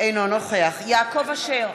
אינו נוכח יעקב אשר,